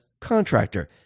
contractor